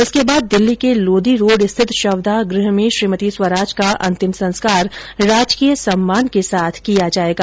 उसके बाद दिल्ली के लोदी रोड स्थित शवदाह गृह में श्रीमती स्वराज का अंतिम संस्कार राजकीय सम्मान के साथ किया जायेगा